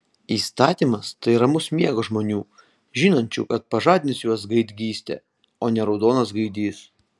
įstatymas tai ramus miegas žmonių žinančių kad pažadins juos gaidgystė o ne raudonas gaidys